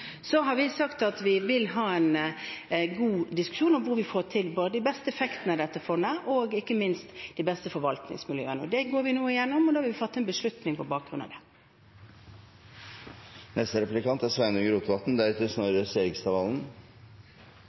Så har vi sagt at vi vil ha en god diskusjon om hvor vi får til både best effekt av dette fondet og ikke minst de beste forvaltningsmiljøene. Det går vi nå igjennom, og vi vil fatte en beslutning på bakgrunn av det. Sveinung Rotevatn – til oppfølgingsspørsmål. Arbeidsløysa i Noreg er